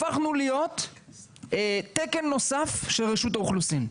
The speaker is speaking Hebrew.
הפכנו להיות תקן נוסף של רשות האוכלוסין.